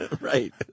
Right